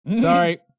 Sorry